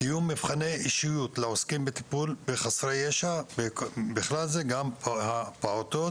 קיום מבחני אישיות לעוסקים בטיפול בחסרי ישע ובכלל זה גם הפעוטות,